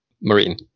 Marine